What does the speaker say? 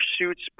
suits